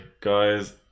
Guys